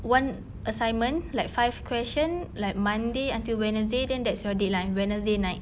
one assignment like five question like monday until wednesday then that's your deadline wednesday night